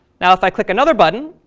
now, if i click another button,